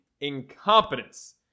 incompetence